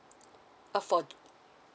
uh for